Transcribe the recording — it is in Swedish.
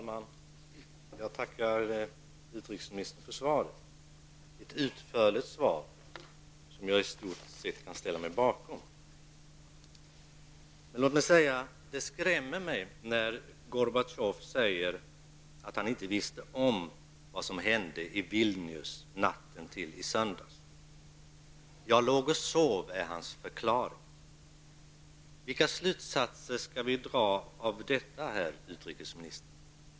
Herr talman! Jag tackar utrikesministern för svaret. Det är ett utförligt svar, som jag i stort sett kan ställa mig bakom. Det skrämmer mig när Gorbatjov säger att han inte visste om vad som hände i Vilnius natten till söndagen. Jag låg och sov, är hans förklaring. Vilka slutsatser skall vi dra av detta, herr utrikesminister?